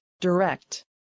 direct